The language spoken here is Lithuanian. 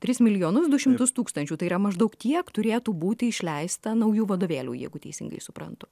tris milijonus du šimtus tūkstančių tai yra maždaug tiek turėtų būti išleista naujų vadovėlių jeigu teisingai suprantu